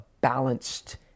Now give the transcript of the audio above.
balanced